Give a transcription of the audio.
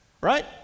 right